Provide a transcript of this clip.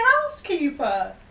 housekeeper